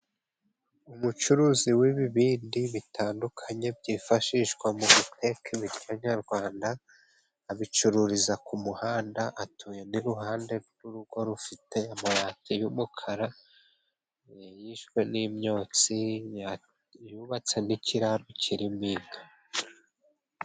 Umucuruzi w'ibibindi bitandukanye byifashishwa mu guteka ibiryo nyarwanda, abicururiza ku muhanda, atuye n'iruhande rw'urugo rufite amabati y'umukara, yishwe n'imyotsi yubatse n'ikiraro kirimo Inka.